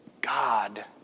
God